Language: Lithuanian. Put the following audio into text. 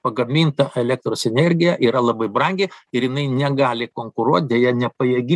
pagaminta elektros energija yra labai brangi ir jinai negali konkuruot deja nepajėgi